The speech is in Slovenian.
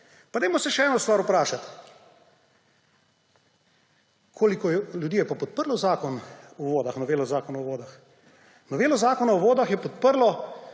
Pa dajmo se še eno stvar vprašati – koliko ljudi je pa podprlo Zakon o vodah, novelo Zakona o vodah? Novelo Zakona o vodah je podprlo